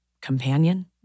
companion